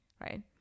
right